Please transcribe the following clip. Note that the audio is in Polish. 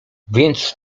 więc